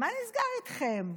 מה נסגר איתכם?